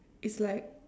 it's